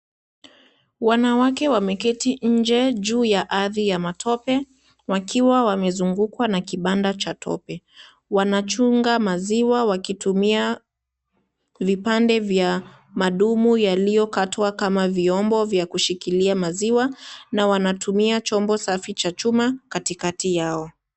Wanawake wameketi nje juu ya ardhi ya matope wakiwa wamezungukwa na kibanda cha tope. Wanachunga maziwa wakitumia vipande vya madumu yaliyo katwa kama vyombo vya kushikilia maziwa na wanatumia chombo safi cha chuma katikati yao.